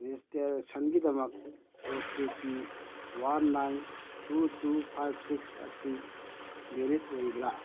ꯔꯦꯖꯤꯁꯇ꯭ꯔꯦꯁꯟꯒꯤꯗꯃꯛ O T P one nine two two ꯐꯥꯏꯕ six ꯑꯁꯤ ꯕꯦꯂꯤꯠ ꯑꯣꯏꯕ꯭ꯔꯥ